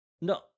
No